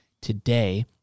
today